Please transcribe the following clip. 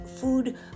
food